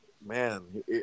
Man